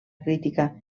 crítica